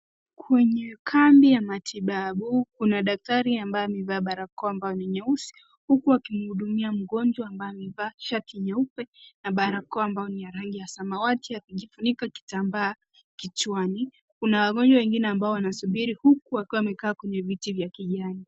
Kwenye kambi ya matibabu, kuna daktari ambaye amevaa barakoa ambayo ni nyeusi, huku akihudumia mgonjwa ambaye amevaa shati nyeupe na barakoa ambayo ni ya rangi ya samawati akijifunika kitambaa kichwani. Kuna wagonjwa wengine ambao wanasubiri huku wakiwa wamekaa kwenye viti vya kijani.